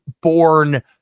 born